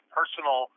personal